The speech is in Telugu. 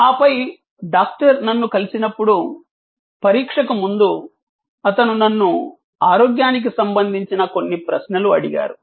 ఆపై డాక్టర్ నన్ను కలిసినప్పుడు పరీక్షకు ముందు అతను నన్ను ఆరోగ్యానికి సంబంధించిన కొన్ని ప్రశ్నలు అడిగారు